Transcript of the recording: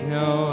no